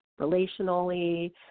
relationally